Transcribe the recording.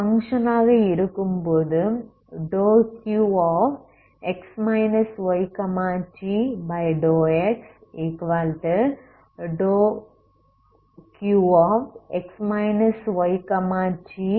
இது பங்க்ஷன் ஆக இருக்கும்போது ∂Qx yt∂x∂Qx yt∂